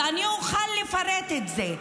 ואני אוכל לפרט את זה.